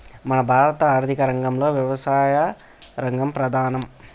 మన భారత ఆర్థిక రంగంలో యవసాయ రంగం ప్రధానం